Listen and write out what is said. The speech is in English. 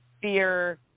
fear